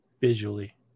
visually